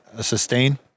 Sustain